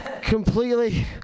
Completely